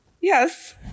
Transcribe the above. Yes